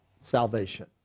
salvation